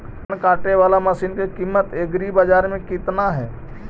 धान काटे बाला मशिन के किमत एग्रीबाजार मे कितना है?